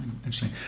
Interesting